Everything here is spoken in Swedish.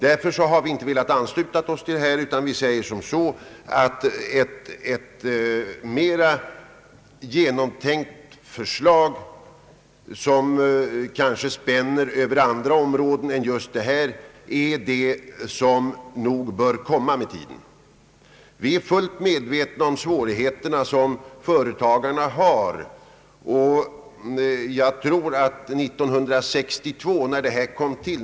Därför har vi inte velat ansluta oss till detta utan säger att ett mera genomtänkt förslag, som kanske spänner över andra områden än just detta, är vad som bör komma med tiden. Vi är fullt medvetna om de svårigheter som företagarna har.